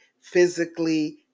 physically